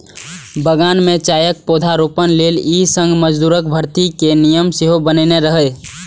बगान मे चायक पौधारोपण लेल ई संघ मजदूरक भर्ती के नियम सेहो बनेने रहै